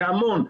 זה המון.